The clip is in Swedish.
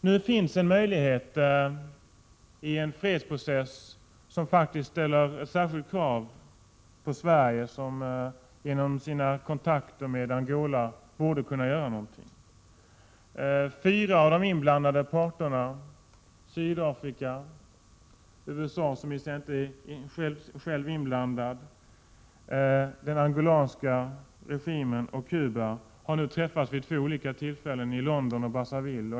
Det finns en möjlighet i en fredsprocess som faktiskt ställer särskilda krav på Sverige, som genom sina kontakter med Angola borde kunna göra någonting. Fyra av de inblandade parterna, Sydafrika, USA, som visserligen inte själva är inblandade, den angolanska regimen och Cuba, har nu träffats vid två olika tillfällen i London och Brazzaville.